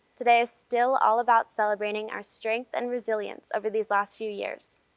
today is still all about celebrating our strength and resilience over these last few years.